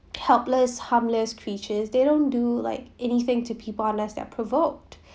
helpless harmless creatures they don't do like anything to people unless they’re provoked